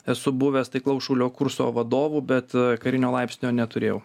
esu buvęs taiklaus šaulio kurso vadovu bet karinio laipsnio neturėjau